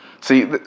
see